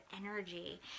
energy